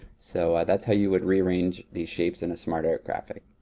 so that's how you would rearrange the shapes in a smart art graphic.